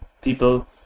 people